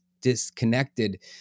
disconnected